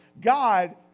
God